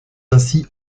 ainsi